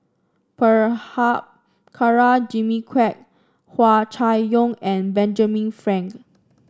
Prabhakara Jimmy Quek Hua Chai Yong and Benjamin Frank